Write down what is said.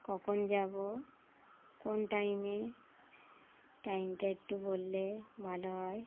কখন যাব কোন টাইমে টাইমটা একটু বললে ভালো হয়